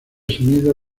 sonido